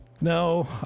No